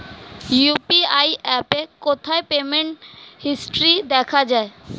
UPI অ্যাপে কোথায় payment history দেখা যায়?